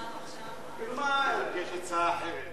אני באמת רק יכול להצטער שעל נושאים